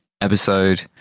episode